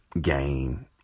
game